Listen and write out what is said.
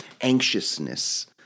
anxiousness